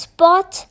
Spot